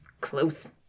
close